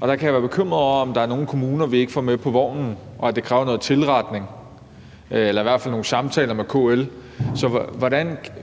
Og der kan jeg være bekymret for, om der er nogle kommuner, vi ikke får med på vognen, og at det kræver noget tilretning eller i hvert fald nogle samtaler med KL. Så